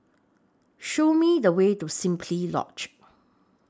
Show Me The Way to Simply Lodge